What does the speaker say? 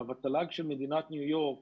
עכשיו, התל"ג של מדינת ניו יורק